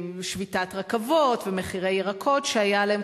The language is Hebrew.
ושביתת רכבות ומחירי ירקות שהיה עליהם,